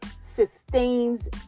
sustains